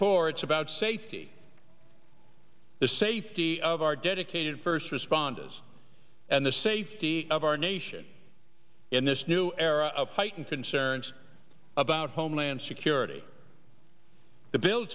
it's about safety the safety of our dedicated first responders and the safety of our nation in this new era of heightened concerns about homeland security the bill